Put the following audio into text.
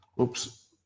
oops